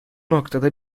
noktada